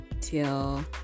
till